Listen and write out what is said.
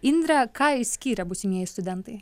indre ką išskyrė būsimieji studentai